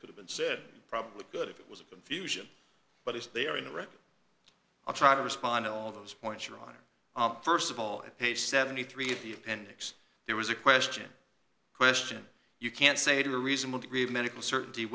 could have been said probably good if it was a confusion but if they are in the record i'll try to respond to all those points your honor st of all i pay seventy three of the appendix there was a question question you can't say to a reasonable degree of medical certainty